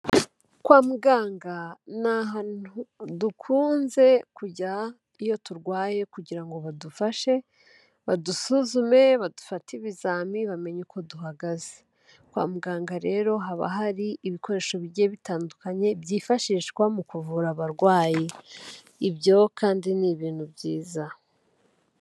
Kwa muganga ni ahantu dukunze kujya iyo turwaye kugira ngo badufashe, badusuzume, badufatate ibizami bamenye uko duhagaze. Kwa muganga rero haba hari ibikoresho bigiye bitandukanye byifashishwa mu kuvura abarwayi, ibyo kandi ni ibintu byiza.